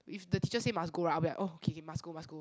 if the teacher say must go right I'll be like oh K K must go must go